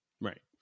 Right